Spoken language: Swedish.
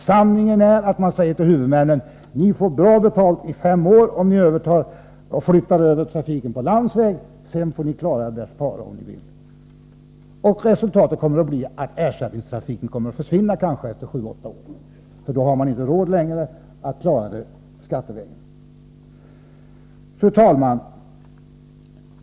Sanningen är att man säger till huvudmännen: Ni får bra betalt i fem år om ni flyttar över trafiken på landsväg. Men sedan får ni klara er bäst farao ni vill! Resultatet blir att ersättningstrafiken kanske försvinner efter sju åtta år. Då har man inte längre råd att klara den skattevägen. Fru talman!